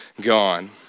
gone